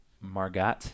Margot